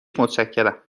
متشکرم